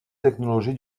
technologie